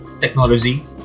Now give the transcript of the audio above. technology